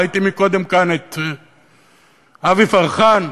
ראיתי קודם כאן את אבי פרחן,